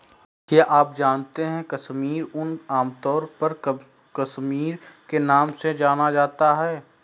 क्या आप जानते है कश्मीरी ऊन, आमतौर पर कश्मीरी के नाम से जाना जाता है?